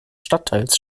stadtteils